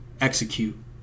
execute